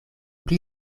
pli